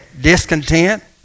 discontent